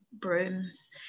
brooms